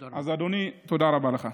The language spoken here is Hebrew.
אז, אדוני, תודה רבה לך.